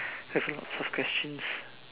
we have a lots of questions